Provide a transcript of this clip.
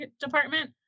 department